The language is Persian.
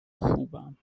خوبم